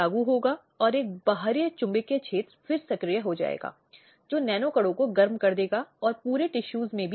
संदर्भस्लाइड देखें समय 2242 अब अधिनियम के तहत विभिन्न अधिकारों की गारंटी दी गई है